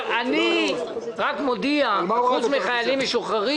אני רק מודיע שחוץ מעל חיילים משוחררים